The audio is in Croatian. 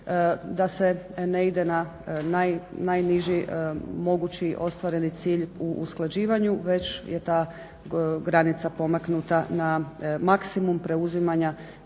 da se ne ide na najniži mogući ostvareni cilj u usklađivanju već je ta granica pomaknuta na maksimum preuzimanja